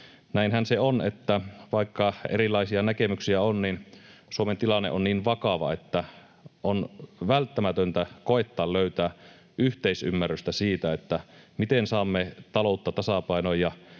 Näinhän se on, että vaikka erilaisia näkemyksiä on, Suomen tilanne on niin vakava, että on välttämätöntä koettaa löytää yhteisymmärrystä siitä, miten saamme taloutta tasapainoon ja